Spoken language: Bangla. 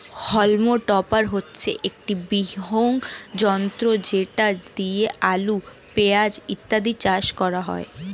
হল্ম টপার হচ্ছে একটি বৃহৎ যন্ত্র যেটা দিয়ে আলু, পেঁয়াজ ইত্যাদি চাষ করা হয়